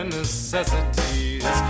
necessities